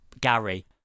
Gary